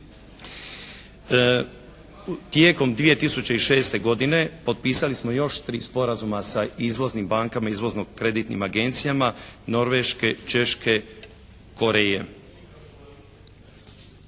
Tijekom 2006. godine potpisali smo još 3 sporazuma sa izvoznim bankama izvozno-kreditnim agencijama Norveške, Češke, Koreje.